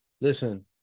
Listen